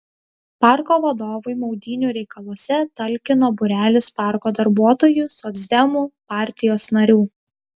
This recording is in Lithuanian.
parko vadovui maudynių reikaluose talkino būrelis parko darbuotojų socdemų partijos narių